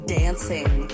dancing